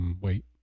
wait